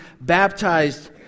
baptized